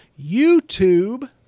YouTube